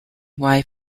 wife